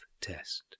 test